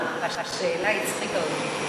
השאלה הצחיקה אותי.